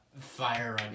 fire